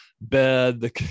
bed